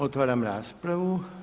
Otvaram raspravu.